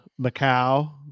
Macau